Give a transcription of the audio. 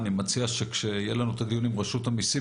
אני מציע שכשיהיה לנו דיון עם רשות המיסים